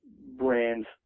brands